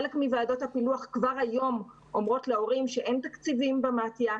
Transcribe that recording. חלק מוועדות הפילוח כבר היום אומרות להורים שאין תקציבים במתי"א,